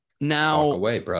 Now